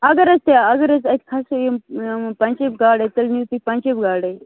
اگر حظ تۄہہِ اگر حظ اتہِ کھسٲے یِم ٲں پنٛجٲبۍ گاڑے تیٚلہِ نِیُو تُہۍ پنٛجٲبۍ گاڑے